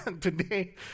today